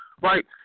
right